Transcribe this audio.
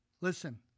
Listen